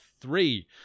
three